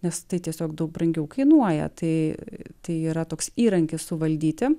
nes tai tiesiog daug brangiau kainuoja tai tai yra toks įrankis suvaldyti